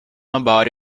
about